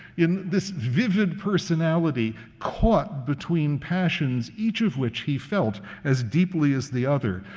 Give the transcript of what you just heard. in this vivid personality, caught between passions, each of which he felt as deeply as the other,